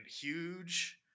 huge